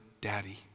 Daddy